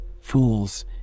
fools